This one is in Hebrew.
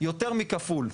יותר מכפול.